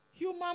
human